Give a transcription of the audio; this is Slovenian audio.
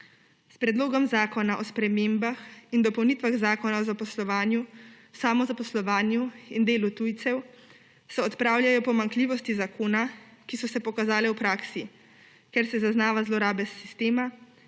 S predlogom zakona o spremembah in dopolnitvah Zakona o zaposlovanju, samozaposlovanju in delu tujcev se odpravljajo pomanjkljivosti zakona, ki so se pokazale v praksi, ker se zaznavajo zlorabe sistema,